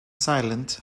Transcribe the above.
silent